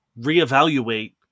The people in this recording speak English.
reevaluate